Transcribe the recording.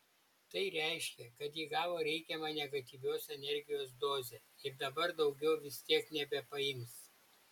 tai reiškia kad ji gavo reikiamą negatyvios energijos dozę ir dabar daugiau vis tiek nebepaims